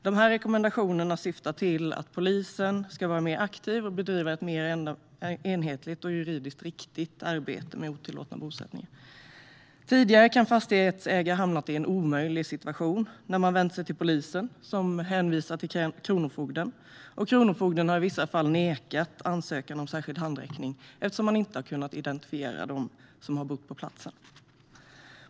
De rekommendationerna syftar till att polisen ska vara mer aktiv och bedriva ett mer enhetligt och juridiskt riktigt arbete med otillåtna bosättningar. Tidigare har fastighetsägare hamnat i en omöjlig situation när de vänt sig till polisen, som hänvisat till kronofogden. Och kronofogden har i vissa fall nekat ansökan om särskild handräckning eftersom man inte har kunnat identifiera dem som har bott på platsen.